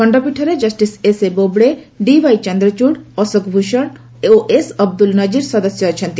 ଖଣ୍ଡପୀଠରେ justice S A Bobde D Y Chandrachud Ashok Bhushan ଓ ଏସ୍ଅବଦୁଲ ନଜୀର ସଦସ୍ୟ ଅଛନ୍ତି